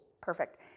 Perfect